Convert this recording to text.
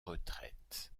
retraite